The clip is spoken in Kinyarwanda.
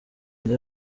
inda